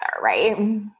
Right